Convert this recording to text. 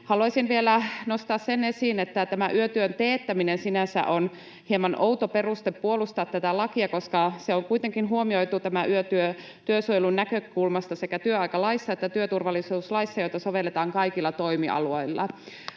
Haluaisin vielä nostaa sen esiin, että tämä yötyön teettäminen sinänsä on hieman outo peruste puolustaa tätä lakia, koska yötyö on kuitenkin huomioitu työsuojelun näkökulmasta sekä työaikalaissa että työturvallisuuslaissa, joita sovelletaan kaikilla toimialoilla.